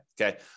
okay